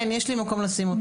כן, יש לי מקום לשים אותם.